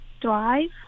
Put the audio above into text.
drive